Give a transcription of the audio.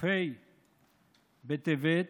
כ"ה בטבת,